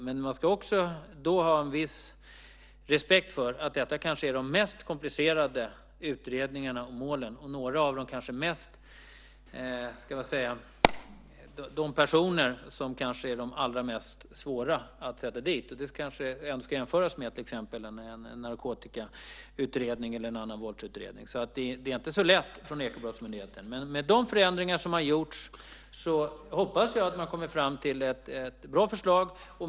Men då ska man också ha en viss respekt för att detta kanske är de mest komplicerade utredningarna och målen och också några av de personer som kanske är de allra svåraste att sätta dit. Det kanske ändå ska jämföras med till exempel en narkotikautredning eller en annan våldsutredning. Det är inte så lätt för Ekobrottsmyndigheten. Med de förändringar som har gjorts hoppas jag dock att man kommer fram till ett bra förslag.